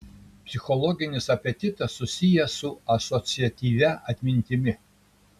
psichologinis apetitas susijęs su asociatyvia atmintimi